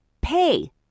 pay